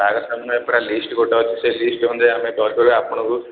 ବାହାଘର ସାମାନ୍ର ପୁରା ଲିଷ୍ଟ୍ ଗୋଟେ ଅଛି ସେ ଲିଷ୍ଟ୍ ଅନୁଯାୟୀ ଆମେ ଧଡ଼ଧଡ଼ ଆପଣଙ୍କୁ